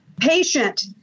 patient